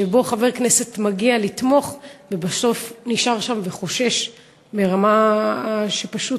שחבר כנסת מגיע לתמוך ובסוף נשאר שם וחושש ברמה שפשוט,